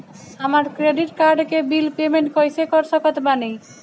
हमार credit card के bill payment कइसे कर सकत बानी?